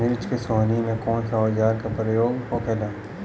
मिर्च के सोहनी में कौन सा औजार के प्रयोग होखेला?